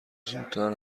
زودتر